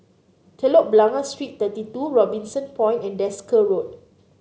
Telok Blangah Street Thirty two Robinson Point and Desker Road